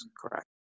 correct